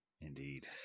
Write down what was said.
Indeed